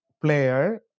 player